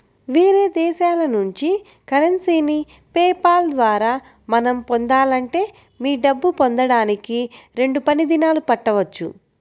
వేరే దేశాల నుంచి కరెన్సీని పే పాల్ ద్వారా మనం పొందాలంటే మీ డబ్బు పొందడానికి రెండు పని దినాలు పట్టవచ్చు